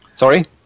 Sorry